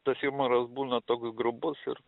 tas jumoras būna toks grubus ir